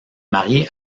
marié